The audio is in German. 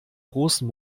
großen